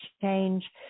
change